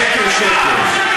שקר-שקר.